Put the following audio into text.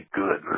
good